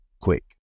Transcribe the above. quick